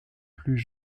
plus